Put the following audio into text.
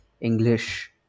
English